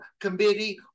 committee